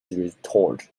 retort